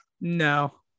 No